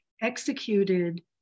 executed